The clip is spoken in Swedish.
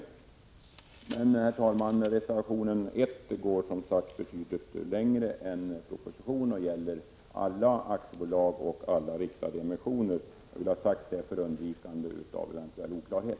Men, herr talman, reservation 1 går betydligt längre än propositionen. Den gäller alla aktiebolag och alla riktade emissioner. Jag vill ha det sagt för undvikande av en eventuell oklarhet.